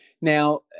Now